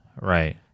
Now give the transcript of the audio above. Right